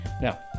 Now